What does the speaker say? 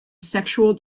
sexual